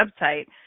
website